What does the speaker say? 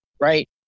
right